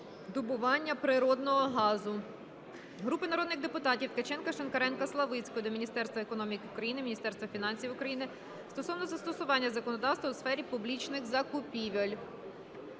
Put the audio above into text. добування природного газу. Групи народних депутатів (Ткаченка, Шинкаренка, Славицької) до Міністерства економіки України, Міністерства фінансів України стосовно застосування законодавства у сфері публічних закупівель.